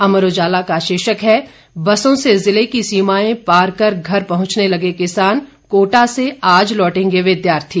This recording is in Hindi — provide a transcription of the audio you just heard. अमर उजाला का शीर्षक है बसों से जिले की सीमाएं पार कर घर पहुंचने लगे किसान कोटा से आज लौटेंगे विद्यार्थी